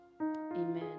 amen